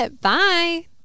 bye